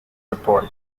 report